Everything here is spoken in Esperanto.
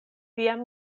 tiam